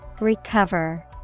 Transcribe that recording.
Recover